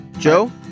Joe